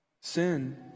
sin